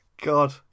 God